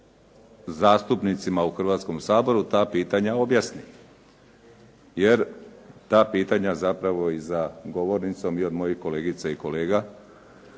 zastupnicima u Hrvatskom saboru ta pitanja objasni jer ta pitanja zapravo i za govornicom i od mojih kolegica i kolega